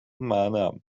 منم